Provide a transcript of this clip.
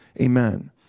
Amen